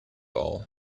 all